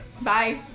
Bye